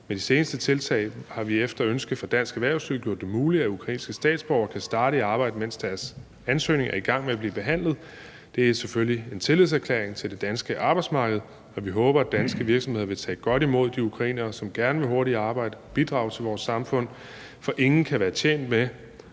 Med de seneste tiltag har vi efter ønske fra dansk erhvervsliv gjort det muligt, at ukrainske statsborgere kan starte i arbejde, mens deres ansøgning er i gang med at blive behandlet. Det er selvfølgelig en tillidserklæring til det danske arbejdsmarked, og vi håber, at danske virksomheder vil tage godt imod de ukrainere, som gerne vil hurtigt i arbejde og bidrage til vores samfund, for ingen kan være tjent med,